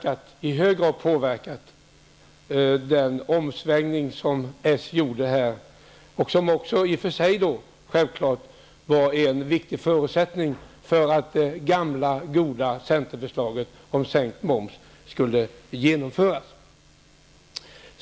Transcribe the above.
att i hög grad ha påverkat den omsvängning som socialdemokraterna gjorde och som i och för sig var en viktig förutsättning för att det gamla goda centerförslaget om sänkt moms skulle genomföras.